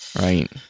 Right